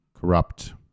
corrupt